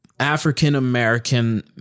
African-American